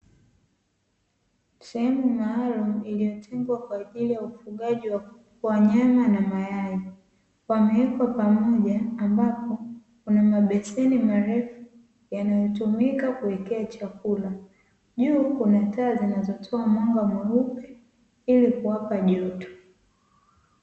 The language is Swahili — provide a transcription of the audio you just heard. Sehemu maalumu iliyotengwa kwaajili ya ufugaji wa wanyama na mayai, wamewekwa pamoja ambapo Kuna mabeseni marefu yanayotumika kuwekea chakula. Juu Kuna taa zinazotoa mwanga mweupe ili kuwapa joto.